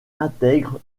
intègrent